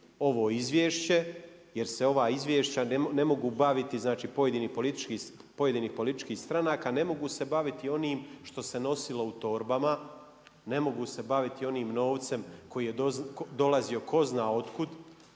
ovo izvješće jer se ova izvješća ne mogu baviti znači pojedinih političkih stranaka ne mogu se baviti onim što se nosilo u torbama, ne mogu se baviti onim novcem koji je dolazio tko zna od kud